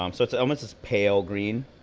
um so it's almost this pale green.